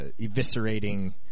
eviscerating